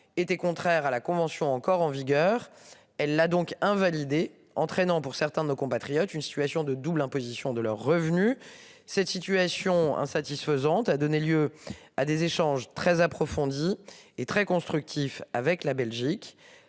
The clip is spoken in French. était contraire à la Convention encore en vigueur. Elle a donc invalidé entraînant pour certains de nos compatriotes. Une situation de double imposition de leurs revenus. Cette situation insatisfaisante, a donné lieu à des échanges très approfondie et très constructif avec la Belgique,